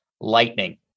lightning